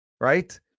right